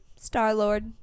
Star-Lord